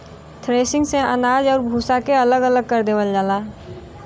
threshing से अनाज आउर भूसा के अलग अलग कर देवल जाला